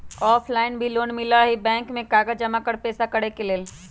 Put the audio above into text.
Offline भी loan मिलहई bank में कागज जमाकर पेशा करेके लेल?